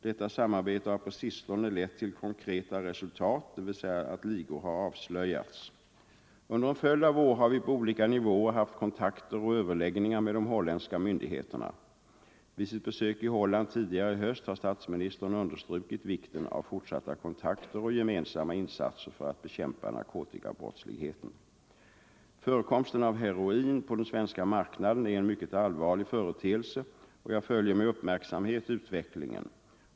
Detta samarbete har på sistone lett till konkreta resultat, dvs. att ligor har avslöjats. Under en följd av år har vi på olika nivåer haft kontakter och överläggningar med de holländska myndigheterna. Vid sitt besök i Holland tidigare i höst har statsministern understrukit vikten av fortsatta kontakter och gemensamma insatser för att bekämpa narkotikabrottsligheten. Förekomsten av heroin på den svenska marknaden är en mycket allvarlig företeelse, och jag följer med uppmärksamhet utvecklingen.